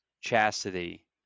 chastity